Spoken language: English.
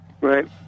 Right